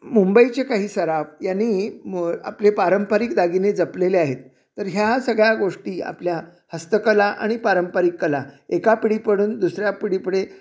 मुंबईचे काही सराफ यांनी म आपले पारंपरिक दागिने जपलेले आहेत तर ह्या सगळ्या गोष्टी आपल्या हस्तकला आणि पारंपरिक कला एका पिढीकडून दुसऱ्या पिढीपुढे